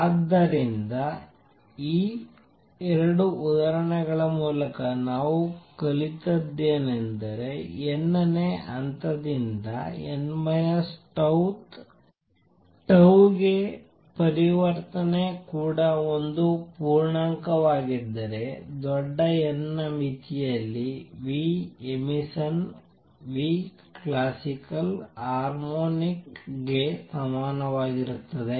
ಆದ್ದರಿಂದ ಈ 2 ಉದಾಹರಣೆಗಳ ಮೂಲಕ ನಾವು ಕಲಿತದ್ದೇನೆಂದರೆ n ನೇ ಹಂತದಿಂದ n τ th ಗೆ ಪರಿವರ್ತನೆ ಕೂಡ ಒಂದು ಪೂರ್ಣಾಂಕವಾಗಿದ್ದರೆ ದೊಡ್ಡ n ನ ಮಿತಿಯಲ್ಲಿ ಎಮಿಷನ್ classical ಹರ್ಮೊನಿಕ್ ಗೆ ಸಮಾನವಾಗಿರುತ್ತದೆ